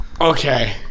Okay